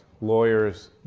lawyers